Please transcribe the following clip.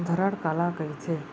धरण काला कहिथे?